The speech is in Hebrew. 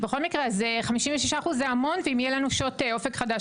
בכל מקרה, 56% זה המון אם יהיה לנו שעות אופק חדש.